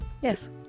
Yes